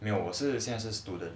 没有我是现在是 student